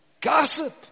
gossip